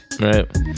right